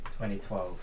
2012